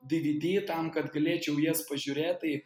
dvd tam kad galėčiau jas pažiūrėt tai